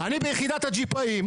אני ביחידת הג'יפאים,